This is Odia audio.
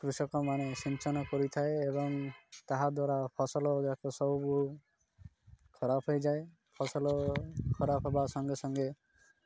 କୃଷକମାନେ ସିଞ୍ଚନ କରିଥାଏ ଏବଂ ତାହାଦ୍ୱାରା ଫସଲ ଯାକ ସବୁ ଖରାପ ହେଇଯାଏ ଫସଲ ଖରାପ ହେବା ସଙ୍ଗେ ସଙ୍ଗେ